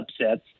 upsets